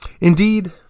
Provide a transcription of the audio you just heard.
Indeed